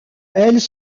elles